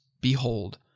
Behold